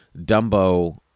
Dumbo